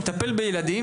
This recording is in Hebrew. יטפל בילדים,